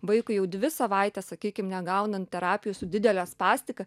vaikui jau dvi savaites sakykim negaunant terapijos su didele spastika